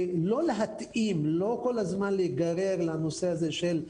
לא להתאים, לא כל הזמן להיגרר לנושא הזה של התאמה,